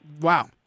Wow